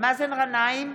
מאזן גנאים,